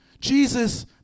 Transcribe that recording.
Jesus